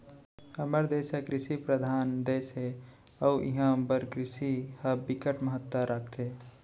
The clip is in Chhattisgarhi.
हमर देस ह कृषि परधान देस हे अउ इहां बर कृषि ह बिकट महत्ता राखथे